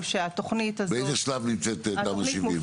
שהתוכנית הזאת -- באיזה שלב נמצאת תמ"א 70?